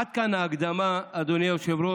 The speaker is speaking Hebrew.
עד כאן ההקדמה, אדוני היושב-ראש,